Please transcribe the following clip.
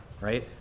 right